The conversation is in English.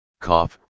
Cough